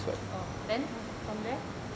oh then from there